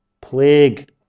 plague